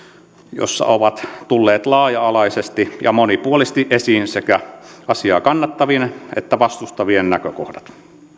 jossa ovat tulleet laaja alaisesti ja monipuolisesti esiin sekä asiaa kannattavien että vastustavien näkökohdat